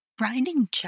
writing